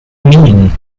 mean